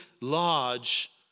large